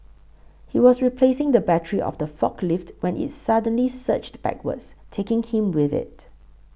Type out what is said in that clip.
he was replacing the battery of the forklift when it suddenly surged backwards taking him with it